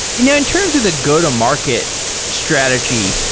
you know in terms of the go-to-market strategy,